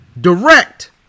direct